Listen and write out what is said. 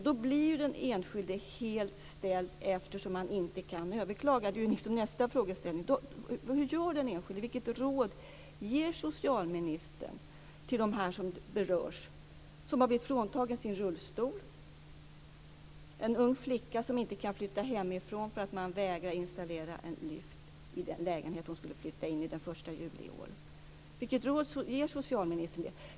Då blir den enskilde helt ställd eftersom det inte går att överklaga. Vilket råd ger socialministern?